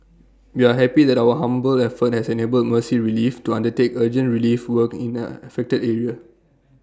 we are happy that our humble effort has enabled mercy relief to undertake urgent relief work in the affected area